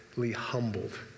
humbled